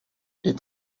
est